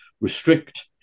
restrict